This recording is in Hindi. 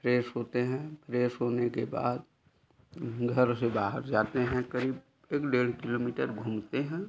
फ्रेस होते हैं फ्रेस होने के बाद घर से बाहर जाते हैं करीब एक डेढ़ किलोमीटर घूमते हैं